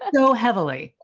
so heavily,